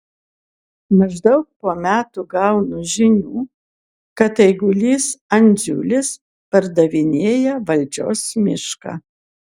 maždaug po metų gaunu žinių kad eigulys andziulis pardavinėja valdžios mišką